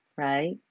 right